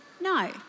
No